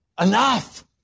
enough